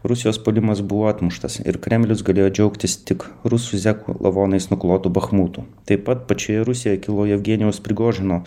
rusijos puolimas buvo atmuštas ir kremlius galėjo džiaugtis tik rusų zekų lavonais nuklotu bachmutu taip pat pačioje rusijoj kilo jevgenijaus prigožino